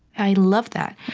i love that.